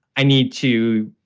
i need to,